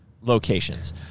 locations